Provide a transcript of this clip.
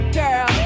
girl